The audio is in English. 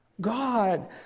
God